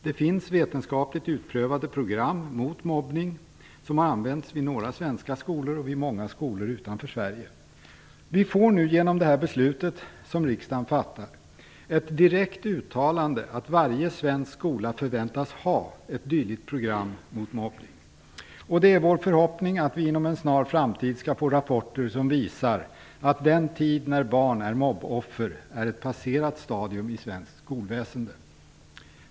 Det finns vetenskapligt utprövade program mot mobbning, som har använts vid några svenska skolor och vid många skolor utanför Sverige. Vi får nu genom det beslut som riksdagen fattar ett direkt uttalande att varje svensk skola förväntas ha ett dylikt program mot mobbning. Det är vår förhoppning att vi inom en snar framtid skall få rapporter som visar att den tid när barn är mobboffer är ett passerat stadium i svenskt skolväsende.